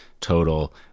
total